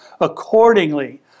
accordingly